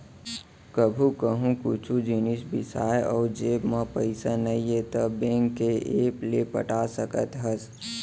कभू कहूँ कुछु जिनिस बिसाए अउ जेब म पइसा नइये त बेंक के ऐप ले पटा सकत हस